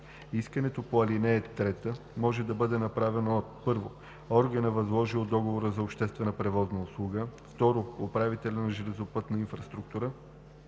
Искането по ал. 3 може да бъде направено от: 1. органа, възложил договора за обществена превозна услуга; 2. управителя на железопътната инфраструктура;